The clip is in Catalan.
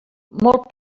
molt